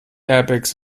airbags